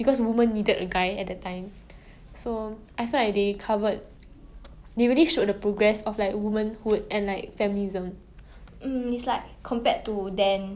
take your time take your time